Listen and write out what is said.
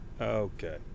Okay